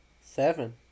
Seven